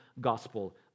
gospel